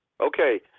Okay